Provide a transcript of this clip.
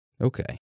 Okay